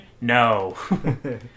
no